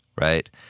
right